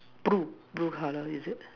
blue blue color is it